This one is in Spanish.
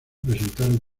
presentaron